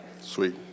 Sweet